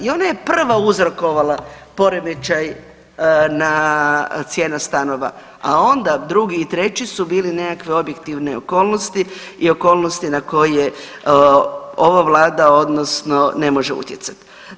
I onda je prva uzrokovala poremećaj cijena stanova, a onda drugi i treći su bili nekakve objektivne okolnosti i okolnosti na koje ova vlada ne može utjecat.